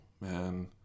man